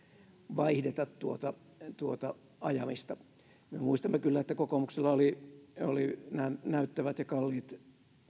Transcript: vaihdeta tuota tuota ajamista me muistamme kyllä että kokoomuksella oli oli näyttävät ja kalliit